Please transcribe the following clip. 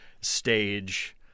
stage